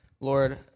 Lord